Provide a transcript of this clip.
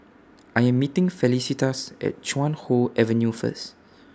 I Am meeting Felicitas At Chuan Hoe Avenue First